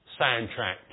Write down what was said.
soundtrack